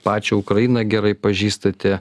pačią ukrainą gerai pažįstate